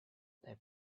they